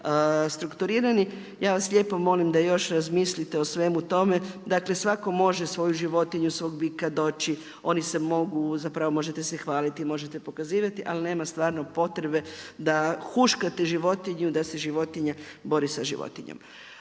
strukturirani, ja vas lijepo molim da još razmislite o svemu tome. Dakle svatko može svoju životu, svog bitka doći oni se mogu zapravo možete se hvaliti, možete pokazivati ali nema stvarno potrebe da huškate životinju da se životinja bori sa životinjom.